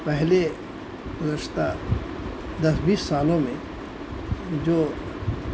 پہلے رشتہ دس بیس سالوں میں جو